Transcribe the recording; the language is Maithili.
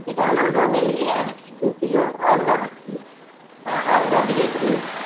बेदाना दऽ देली रहय दू किलो आओर दऽ दय छी आओर दऽ दिअ की